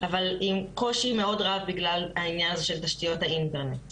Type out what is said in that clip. אבל עם קושי מאוד רבה בגלל העניין הזה של תשתיות האינטרנט.